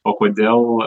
o kodėl